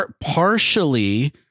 Partially